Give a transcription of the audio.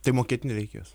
tai mokėti nereikės